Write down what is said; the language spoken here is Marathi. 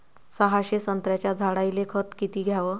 सहाशे संत्र्याच्या झाडायले खत किती घ्याव?